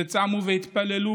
וצמו והתפללו,